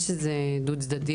דו צדדית